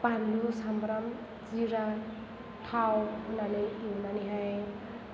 बानलु सामब्राम जिरा थाव होनानै एवनानैहाय